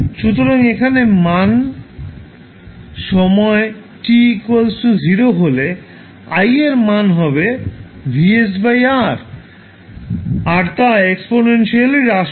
সুতরাং এখানে মান সময় t 0 হলে I এর মান হবে VsR আর তা এক্সপনেন্সিয়ালি হ্রাস পাবে